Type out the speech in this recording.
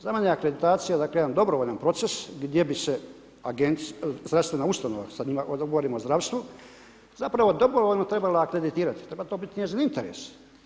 Za mene je akreditacija, dakle jedan dobrovoljan proces, gdje bi se zdravstvena ustanova, sada govorimo o zdravstvu, zapravo dobrovoljno trebala akreditirati, treba to biti njezin interes.